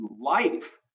life